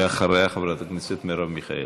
בבקשה, ואחריה, חברת הכנסת מרב מיכאלי.